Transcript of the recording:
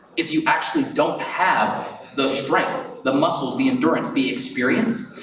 if you actually don't have the strength, the muscles, the endurance, the experience,